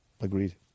Agreed